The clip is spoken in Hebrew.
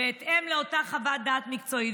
בהתאם לאותה חוות דעת מקצועית.